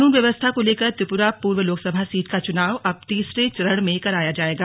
कानून व्यवस्था को लेकर त्रिपुरा पूर्व लोकसभा सीट का चुनाव अब तीसरे चरण में कराया जायेगा